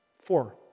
Four